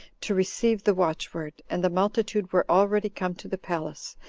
to receive the watchword and the multitude were already come to the palace,